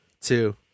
two